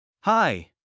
Hi